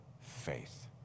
faith